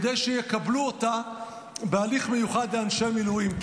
כדי שיקבלו אותה בהליך מיוחד לאנשי המילואים.